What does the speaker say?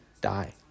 die